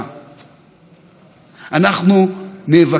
על הדבר הכי בסיסי שבזכותו קיימת מדינת ישראל,